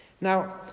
Now